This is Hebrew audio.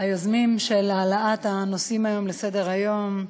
של העלאת הנושאים על סדר-היום,